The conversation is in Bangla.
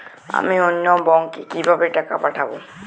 আমি অন্য ব্যাংকে কিভাবে টাকা পাঠাব?